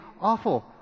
Awful